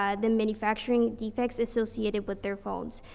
ah the manufacturing defects associated with their phones.